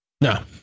No